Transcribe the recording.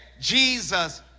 Jesus